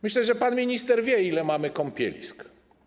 Myślę, że pan minister wie, ile mamy kąpielisk.